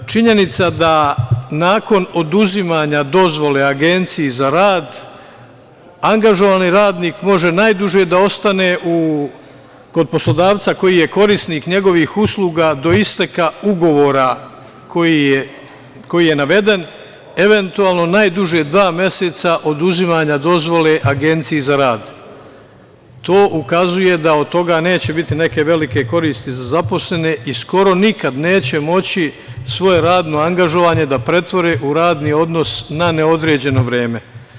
Činjenica da nakon oduzimanja dozvole Agenciji za rad angažovani radnik može najduže da ostane kod poslodavca koji je korisnik njegovih usluga do isteka ugovora koji je naveden, eventualno najduže dva meseca od oduzimanja dozvole Agenciji za rad, to ukazuje da od toga neće biti neke velike koristi za zaposlene i skoro nikad neće moći svoje radno angažovanje da pretvore u radni odnos na neodređeno vreme.